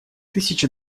тысячи